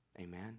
Amen